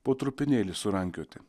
po trupinėlį surankioti